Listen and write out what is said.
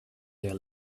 their